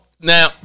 Now